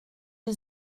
les